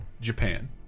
Japan